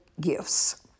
gifts